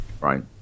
right